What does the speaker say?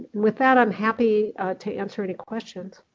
with that, i'm happy to answer any questions.